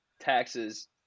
taxes